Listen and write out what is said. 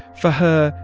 for her,